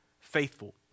faithful